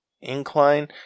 incline